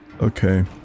Okay